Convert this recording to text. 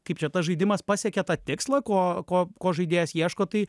kaip čia tas žaidimas pasiekia tą tikslą ko ko ko žaidėjas ieško tai